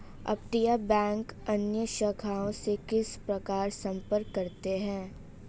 अपतटीय बैंक अन्य शाखाओं से किस प्रकार संपर्क करते हैं?